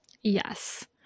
Yes